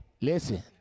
Listen